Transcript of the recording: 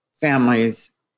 families